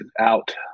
out